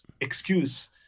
excuse